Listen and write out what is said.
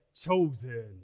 chosen